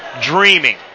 dreaming